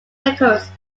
records